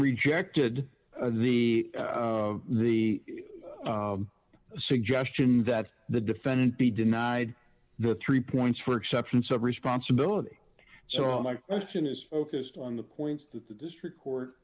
rejected the suggestion that the defendant be denied the three points for acceptance of responsibility so all my question is focused on the points that the district court